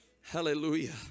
Hallelujah